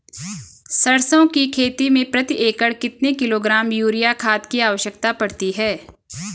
सरसों की खेती में प्रति एकड़ कितने किलोग्राम यूरिया खाद की आवश्यकता पड़ती है?